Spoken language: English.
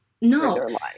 No